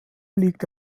liegt